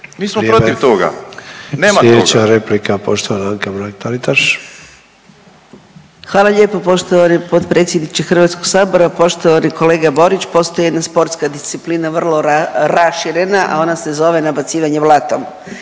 replika poštovana Anka Mrak Taritaš. **Mrak-Taritaš, Anka (GLAS)** Hvala lijepo poštovani potpredsjedniče Hrvatskog sabora. Poštovani kolega Borić postoji jedna sportska disciplina vrlo raširena, a ona se zove nabacivanje blatom,